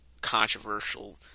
controversial